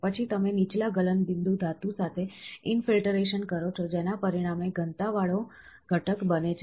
પછી તમે નીચલા ગલનબિંદુ ધાતુ સાથે ઈન ફિલ્ટરેશન કરો છો જેના પરિણામે ઘનતા વાળો ઘટક બને છે